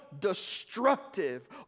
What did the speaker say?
destructive